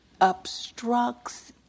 obstructs